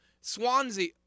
Swansea